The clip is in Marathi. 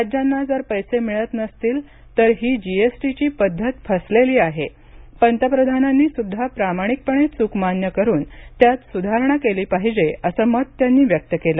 राज्यांना जर पैसे मिळत नसतील तर ही जीएसटीची पद्धत फसलेली आहे पंतप्रधानांनी सुद्धा प्रामाणिकपणे चूक मान्य करून त्यात सुधारणा केली पाहिजे असं मत त्यांनी व्यक्त केलं